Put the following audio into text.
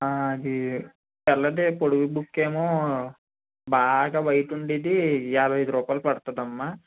అది తెల్లటి పొడుగు బుక్కేమో బాగా వైట్ ఉండేది యాభై ఐదు రూపాయలు పడుతుందమ్మా